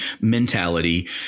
mentality